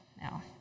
now